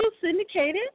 syndicated